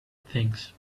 things